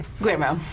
Grandma